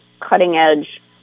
cutting-edge